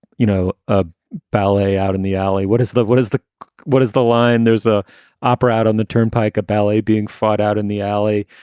you know, a ballet out in the alley. what is love? what is the what is the line? there's a opera out on the turnpike, a ballet being fought out in the alley.